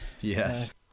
Yes